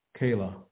kayla